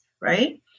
right